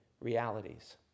realities